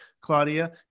Claudia